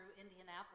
Indianapolis